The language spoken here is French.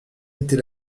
était